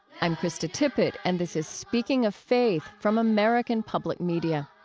i'm krista tippett, and this is speaking of faith from american public media.